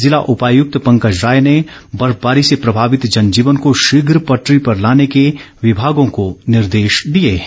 जिला उपायुक्त पंकज रॉय ने बर्फबारी से प्रभावित जनजीवन को शीघ्र पटरी पर लाने के विभागों को निर्देश दिए हैं